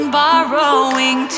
borrowing